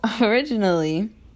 originally